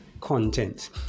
content